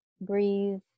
breathe